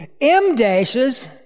M-dashes